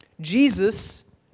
Jesus